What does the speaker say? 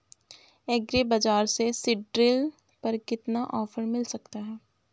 Agree बाजार से seed drill पर कितना ऑफर मिल सकता है?